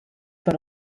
per